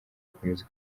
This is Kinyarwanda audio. akomeze